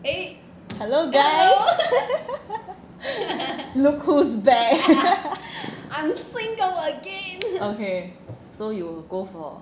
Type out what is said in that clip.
hello guys look who's back okay so you will go for